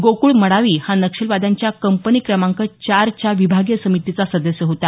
गोकूळ मडावी हा नक्षलवाद्यांच्या कंपनी क्रमांक चारच्या विभागीय समितीचा सदस्य होता